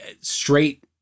straight